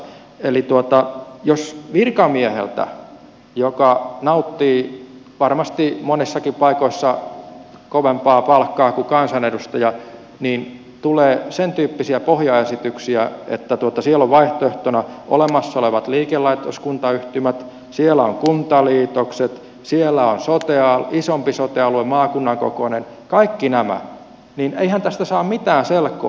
eli jos virkamieheltä joka nauttii varmasti monissakin paikoissa kovempaa palkkaa kuin kansanedustaja tulee sen tyyppisiä pohjaesityksiä että siellä on vaihtoehtona olemassa olevat liikelaitoskuntayhtymät siellä on kuntaliitokset siellä on isompi sote alue maakunnan kokoinen kaikki nämä niin eihän tästä saa mitään selkoa